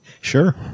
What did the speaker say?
Sure